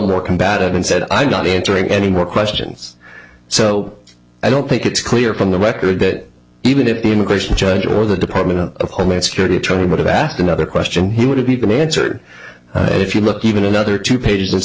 more combative and said i'm not answering any more questions so i don't think it's clear from the record that even at the immigration judge or the department of homeland security attorney what a bath another question he would have made them answered and if you look even another two pages